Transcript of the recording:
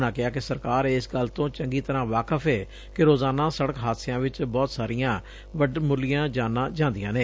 ਉਨ੍ਹਾਂ ਕਿਹਾ ਕਿ ਸਰਕਾਰ ਇਸ ਗੱਲ ਤੋਂ ਚੰਗੀ ਤਰ੍ਹਾਂ ਵਾਕਫ਼ ਏ ਕਿ ਰੋਜ਼ਾਨਾ ਸਤਕ ਹਾਦਸਿਆਂ ਵਿਚ ਬਹੁਤ ਸਾਰੀਆਂ ਵੱਡਮੁਲੀਆਂ ਜਾਨਾਂ ਜਾਂਦੀਆਂ ਨੇ